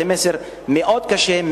זה מסר מאוד קשה,